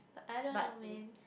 but I don't know man